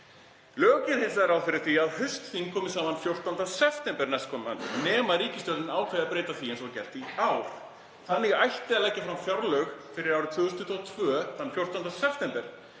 Lög gera hins vegar ráð fyrir því að haustþing komi saman 14. september næstkomandi nema ríkisstjórnin ákveði að breyta því eins og gert var í ár. Það ætti því að leggja fram fjárlög fyrir árið 2022 þann 14. september.